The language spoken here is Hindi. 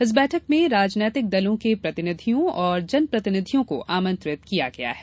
इस बैठक में राजनीतिक दलों के प्रतिनिधियों और जनप्रतिनिधियों को आमंत्रित किया गया है